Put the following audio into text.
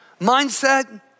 Mindset